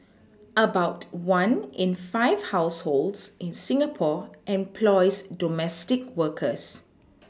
about one in five households in Singapore employs domestic workers